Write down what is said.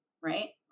right